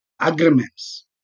agreements